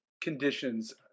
conditions